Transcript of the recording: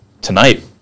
tonight